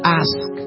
ask